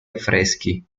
affreschi